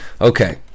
Okay